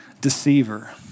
Deceiver